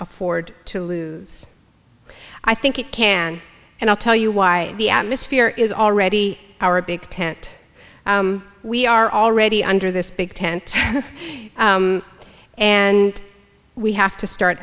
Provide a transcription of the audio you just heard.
afford to lose i think it can and i'll tell you why the atmosphere is already our big tent we are already under this big tent and we have to start